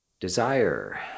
Desire